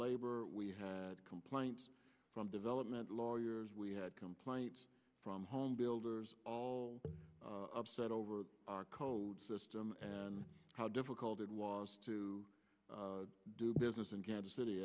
labor we had complaints from development lawyers we had complaints from home builders all upset over our code system and how difficult it was to do business in kansas city